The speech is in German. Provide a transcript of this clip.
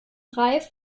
reif